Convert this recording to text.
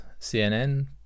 CNN